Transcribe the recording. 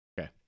Okay